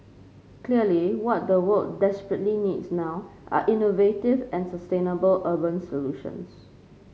clearly what the world desperately needs now are innovative and sustainable urban solutions